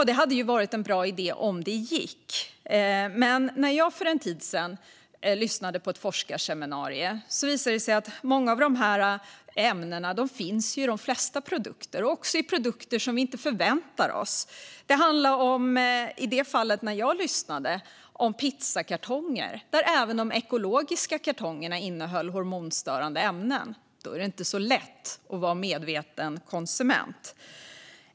Det hade varit en bra idé om det hade gått. När jag för en tid sedan lyssnade på ett forskarseminarium visade det sig att många av dessa ämnen finns i de flesta produkter. De finns också i produkter där vi inte förväntar oss att de ska finnas. När jag lyssnade handlade det i det fallet om pizzakartonger, där även de ekologiska kartongerna innehöll hormonstörande ämnen. Då är det inte så lätt att vara medveten konsument.